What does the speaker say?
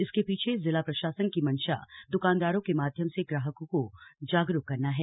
इसके पीछे जिला प्रशासन की मंशा दुकानदारों के माध्यम से ग्राहकों को जागरूक करना है